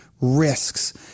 risks